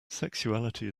sexuality